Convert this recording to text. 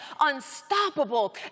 unstoppable